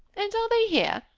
and are they here,